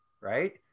right